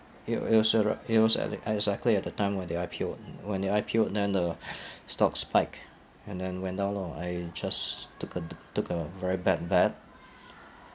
it wa~ it was~ arou~ it was at exactly at the time when they I_P_Oed when they I_P_Oed then the stocks spiked and then went down low I just took a d~ took a very bad bet